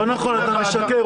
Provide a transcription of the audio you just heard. לא נכון, אתה משקר.